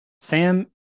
Sam